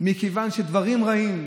מכיוון שדברים רעים,